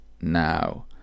now